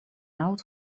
out